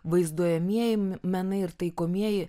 vaizduojamieji menai ir taikomieji